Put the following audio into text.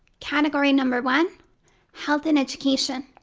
category number one health and education.